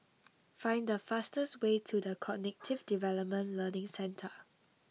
find the fastest way to the Cognitive Development Learning Centre